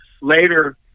later